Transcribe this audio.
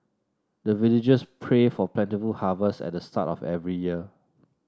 the villagers pray for plentiful harvest at the start of every year